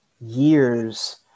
years